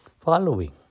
following